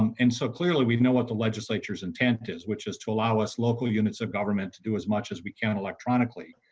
um and so clearly we know what the legislature's intent is which is to allow us local units of government to do as much as we can electronically.